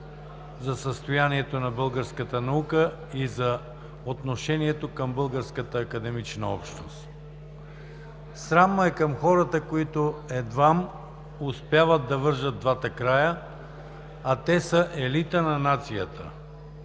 за състоянието на българската наука и за отношението към българската академична общност. Срам ме е към хората, които едва успяват да вържат двата края, а те са елитът на нацията!